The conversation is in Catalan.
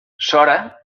sora